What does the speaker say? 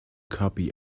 copy